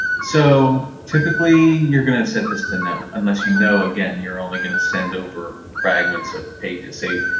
so typically you're going to set this to no unless you know again you're only going to send over fragments of pages, say